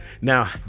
now